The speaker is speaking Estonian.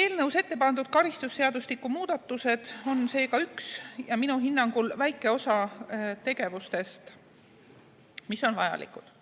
Eelnõus ettepandud karistusseadustiku muudatused on seega üks ja minu hinnangul väike osa tegevustest, mis on vajalikud,